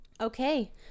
okay